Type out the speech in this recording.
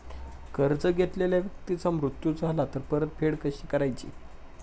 कर्ज घेतलेल्या व्यक्तीचा मृत्यू झाला तर परतफेड कशी करायची?